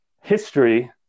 history